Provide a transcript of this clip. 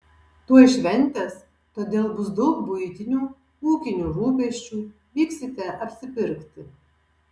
tuoj šventės todėl bus daug buitinių ūkinių rūpesčių vyksite apsipirkti